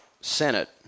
Senate